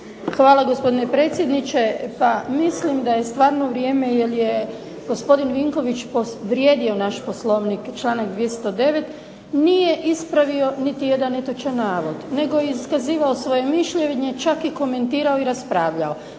Hvala gospodine predsjedniče. Pa, mislim da je stvarno vrijeme, jer je gospodin Vinković povrijedio naš Poslovnik članak 209. nije ispravio niti jedan netočan navod, nego je iskazivao svoje mišljenje, čak je komentirao i raspravljao.